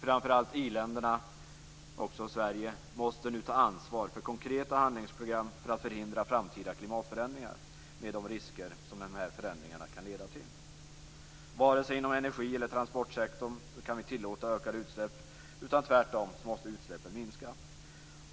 Framför allt i-länderna, också Sverige, måste nu ta ansvar för konkreta handlingsprogram för att förhindra framtida klimatförändringar med de risker som de kan leda till. Vare sig inom energi eller transportsektorn kan vi tillåta ökade utsläpp, utan tvärtom måste utsläppen minska.